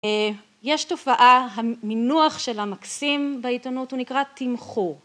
יש תופעה, המינוח שלה מקסים בעיתונות, הוא נקרא תמחור.